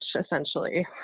essentially